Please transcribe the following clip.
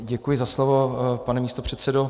Děkuji za slovo, pane místopředsedo.